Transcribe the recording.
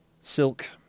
Silk